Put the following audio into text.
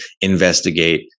investigate